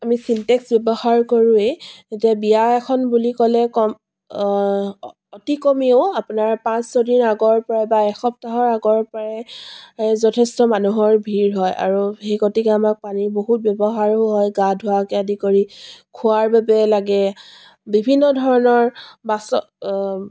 আমি ছিনটেক্স ব্যৱহাৰ কৰোঁৱেই এতিয়া বিয়া এখন বুলি ক'লে ক'ম অতি কমেও আপোনাৰ পাঁচ ছদিন আগৰ পৰাই বা এসপ্তাহৰ আগৰ পৰাই যথেষ্ট মানুহৰ ভিৰ হয় আৰু সেই গতিকে আমাক পানীৰ বহুত ব্যৱহাৰো হয় গা ধুৱাকে আদি কৰি খোৱাৰ বাবে লাগে বিভিন্ন ধৰণৰ বাচন